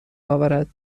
اورد